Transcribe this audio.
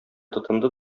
тотынды